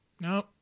No